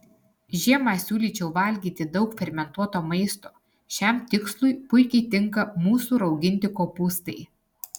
žiemą siūlyčiau valgyti daug fermentuoto maisto šiam tikslui puikiai tinka mūsų rauginti kopūstai